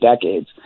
decades